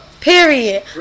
Period